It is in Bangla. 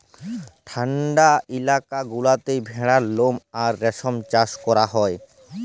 ঠাল্ডা ইলাকা গুলাতে ভেড়ার লম আর রেশম চাষ ক্যরা হ্যয়